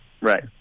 Right